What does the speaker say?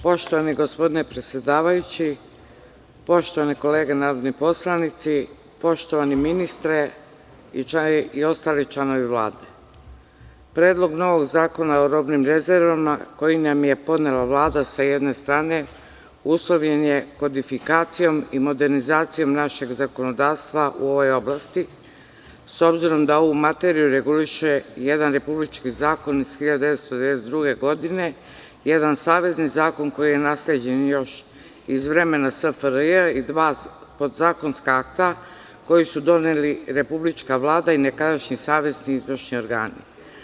Poštovani gospodine predsedavajući, poštovane kolege narodni poslanici, poštovani ministre i ostali članovi Vlade, Predlog novog zakona o robnim rezervama koji nam je podnela Vlada sa jedne strane, uslovljen je kodifikacijom i modernizacijom našeg zakonodavstva u ovoj oblasti, sobzirom da ovu materiju reguliše jedan republički zakon iz 1992. godine, jedan savezni zakon koji je nasleđen još iz vremena SFRJ, i dva podzakonska akta, koji su doneli republička vlada i nekadašnji savezni izvršni organi.